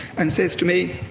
and says to me,